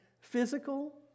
physical